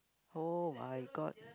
oh-my-god